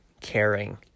caring